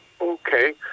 Okay